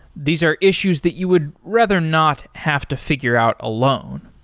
these are issues that you would rather not have to figure out alone.